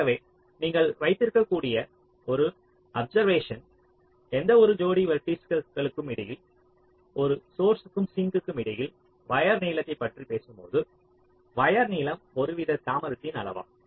ஆகவே நீங்கள் வைத்திருக்கக்கூடிய ஒரு அப்சர்வேஷன் எந்தவொரு ஜோடி வெர்ட்டிஸஸ்களுக்கும் இடையில் ஒரு சோர்ஸ்ற்கும் சிங்கிற்கும் இடையில் வயர் நீளத்தைப் பற்றி பேசும்போது வயர் நீளம் ஒருவித தாமதத்தின் அளவாகும்